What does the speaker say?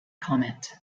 comment